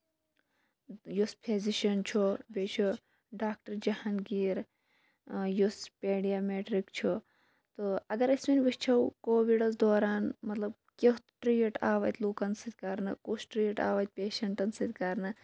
یُس فِزِشَن چھُ بیٚیہِ چھُ ڈاکٹر جَہانٛگیٖر یُس پیڈیمیٹرِک چھُ تہٕ اَگر أسۍ وۄنۍ وُچھو کووِڈَس دوران مطلب کُیُتھ ٹریٖٹ آو اَتہِ لُکَن سۭتۍ کرنہٕ کُس ٹریٖٹ آو اَتہِ پیشَنٹَن سۭتۍ کرنہٕ